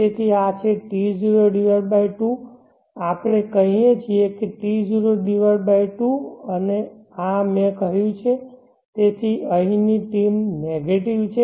તેથી આ છે T02 આપણે કહીએ છીએ T02 અને આ અમે કહ્યું છે તેથી અહીંની ટીમ નેગેટિવ છે